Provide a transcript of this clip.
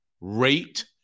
rate